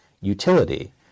utility